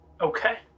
Okay